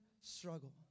struggle